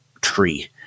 tree